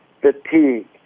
fatigue